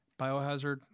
Biohazard